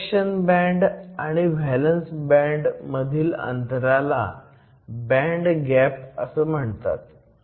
conduction band आणि valence band मधील अंतराला बॅण्ड गॅप म्हणतात